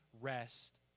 rest